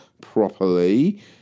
properly